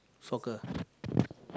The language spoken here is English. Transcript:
soccer